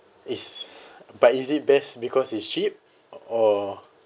is but is it best because it's cheap or